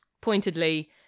pointedly